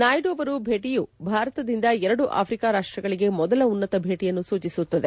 ನಾಯ್ಡು ಅವರು ಭೇಟಿಯು ಭಾರತದಿಂದ ಎರಡು ಆಫ್ರಿಕಾ ರಾಷ್ಟಗಳಿಗೆ ಮೊದಲ ಉನ್ನತ ಭೇಟಿಯನ್ನು ಸೂಚಿಸುತ್ತದೆ